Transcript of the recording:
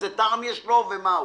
איזה טעם יש לו ומה הוא.